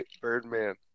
Birdman